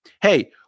Hey